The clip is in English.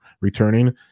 returning